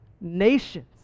nations